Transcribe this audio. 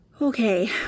Okay